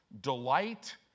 Delight